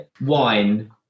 Wine